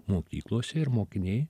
mokyklose ir mokiniai